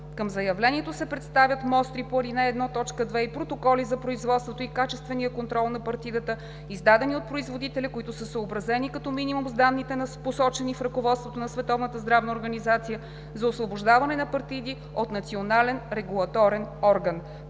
Към заявлението се представят мостри по ал. 1, т. 2 и протоколи за производството и качествения контрол на партидата, издадени от производителя, които са съобразени като минимум с данните, посочени в Ръководството на Световната здравна организация за освобождаване на партиди от национален регулаторен орган.“